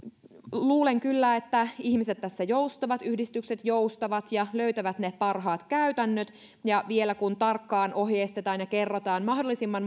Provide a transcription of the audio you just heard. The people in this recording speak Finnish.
luulen kyllä että ihmiset tässä joustavat yhdistykset joustavat ja löytävät ne parhaat käytännöt vielä kun tarkkaan ohjeistetaan ja kerrotaan mahdollisimman